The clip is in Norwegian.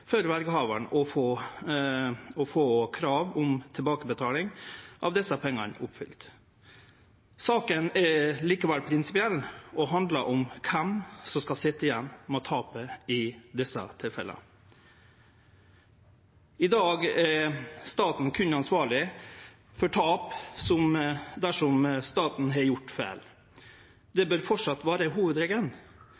for verjehavaren å få kravet om tilbakebetaling av desse pengane oppfylt. Saka er likevel prinsipiell og handlar om kven som skal sitje igjen med tapet i desse tilfella. I dag er staten berre ansvarleg for tap dersom staten har gjort feil. Det